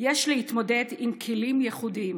יש להתמודד עם כלים ייחודיים.